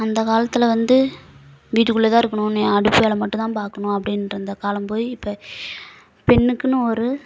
அந்த காலத்தில் வந்து வீட்டுக்குள்ளே தான் இருக்கணும் நீ அடுப்பு வேலை மட்டும்தான் பார்க்கணும் அப்டின்ற இருந்த காலம் போய் இப்போ பெண்ணுக்குன்னு ஒரு